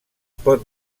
pot